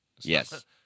Yes